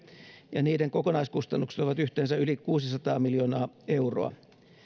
ja niiden kokonaiskustannukset ovat yhteensä yli kuusisataa miljoonaa euroa